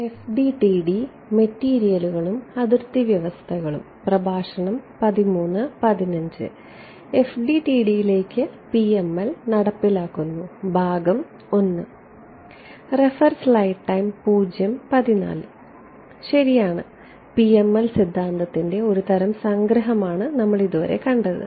FDTD യിലേക്ക് PML നടപ്പിലാക്കുന്നു ഭാഗം 1 ശരിയാണ് PML സിദ്ധാന്തത്തിന്റെ ഒരു തരം സംഗ്രഹമാണ് നമ്മൾ ഇതുവരെ കണ്ടത്